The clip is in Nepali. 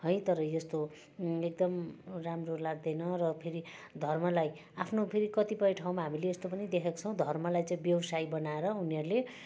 है तर यस्तो एकदम राम्रो लाग्दैन र फेरि धर्मलाई आफ्नो फेरि कतिपय ठाउँमा हामीले यस्तो पनि देखेको छौँ धर्मलाई चाहिँ व्ययसाय बनाएर उनीहरूले